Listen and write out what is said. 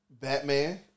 Batman